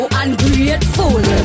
ungrateful